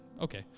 okay